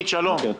שלום לך.